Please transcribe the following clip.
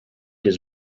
his